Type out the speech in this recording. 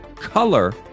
color